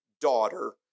daughter